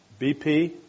BP